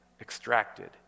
extracted